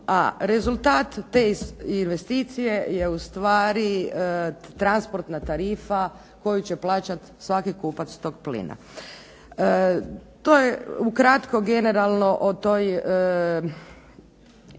a rezultat te investicije je ustvari transportna tarifa koju će plaćati svaki kupac tog plina. To je ukratko, generalno o toj strategiji